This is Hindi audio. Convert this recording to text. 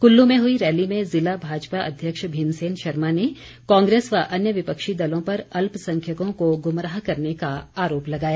कुल्लू में हुई रैली में जिला भाजपा अध्यक्ष भीमसेन शर्मा ने कांग्रेस व अन्य विपक्षी दलों पर अल्पसंख्यकों को गुमराह करने का आरोप लगाया